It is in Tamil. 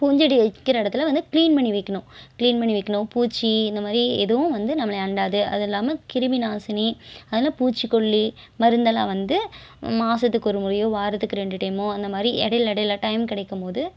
பூஞ்செடி வைக்கிற எடத்தில் வந்து கிளீன் பண்ணி வைக்கணும் கிளீன் பண்ணி வைக்கணும் பூச்சி இந்த மாதிரி எதுவும் வந்து நம்மளை அண்டாது அதுல்லாமல் கிருமி நாசினி அதலாம் பூச்சி கொல்லி மருந்தெல்லாம் வந்து மாதத்துக்கு ஒரு முறையோ வாரத்துக்கு ரெண்டு டைமோ அந்த மாதிரி இடையில இடையில டைம் கிடைக்கும் போது